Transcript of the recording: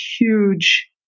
huge